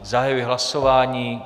Zahajuji hlasování.